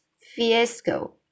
fiasco